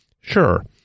Sure